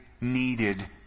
needed